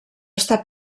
està